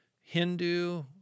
Hindu